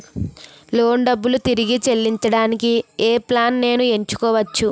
Loan డబ్బులు తిరిగి చెల్లించటానికి ఏ ప్లాన్ నేను ఎంచుకోవచ్చు?